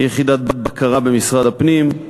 יחידת בקרה במשרד הפנים,